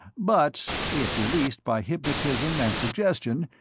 but if released by hypnotism and suggestion,